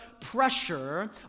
pressure